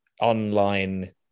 online